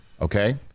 okay